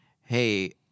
hey